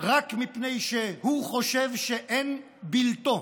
רק מפני שהוא חושב שאין בלתו.